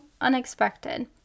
unexpected